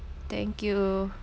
thank you